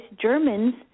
Germans